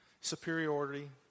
superiority